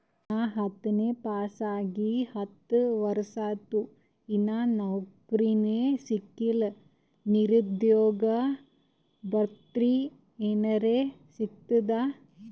ನಾ ಹತ್ತನೇ ಪಾಸ್ ಆಗಿ ಹತ್ತ ವರ್ಸಾತು, ಇನ್ನಾ ನೌಕ್ರಿನೆ ಸಿಕಿಲ್ಲ, ನಿರುದ್ಯೋಗ ಭತ್ತಿ ಎನೆರೆ ಸಿಗ್ತದಾ?